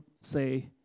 say